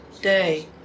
day